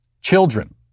Children